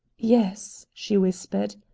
yes, she whispered.